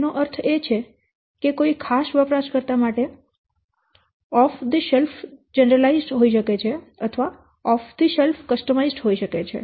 તેનો અર્થ એ કે કોઈ ખાસ વપરાશકર્તા માટે ઑફ થી શેલ્ફ જેનેરેલાઈઝડ હોય શકે છે અથવા ઑફ થી શેલ્ફ કસ્ટમાઈઝ્ડ હોય શકે છે